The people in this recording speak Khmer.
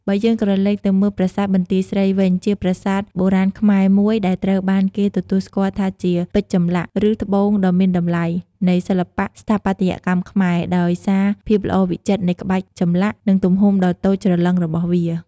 បើយើងក្រឡេកទៅមើល ប្រាសាទបន្ទាយស្រីវិញ ជាប្រាសាទបុរាណខ្មែរមួយដែលត្រូវបានគេទទួលស្គាល់ថាជា "ពេជ្រចម្លាក់" ឬ "ត្បូងដ៏មានតម្លៃ" នៃសិល្បៈស្ថាបត្យកម្មខ្មែរ ដោយសារភាពល្អវិចិត្រនៃក្បាច់ចម្លាក់ និងទំហំដ៏តូចច្រឡឹងរបស់វា។